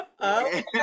Okay